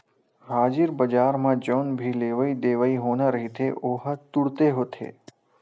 हाजिर बजार म जउन भी लेवई देवई होना रहिथे ओहा तुरते होथे